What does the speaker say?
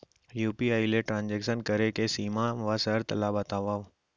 UPI ले transaction करे के सीमा व शर्त ला बतावव?